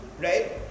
right